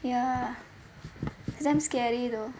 ya damn scary though